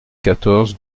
quatorze